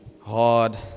hard